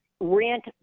Rent